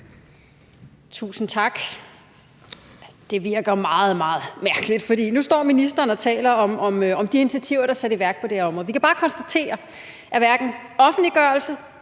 Tusind tak. Det virker meget, meget mærkeligt, for nu står ministeren og taler om de initiativer, der er sat i værk på det her område. Vi kan bare konstatere, at hverken offentliggørelse,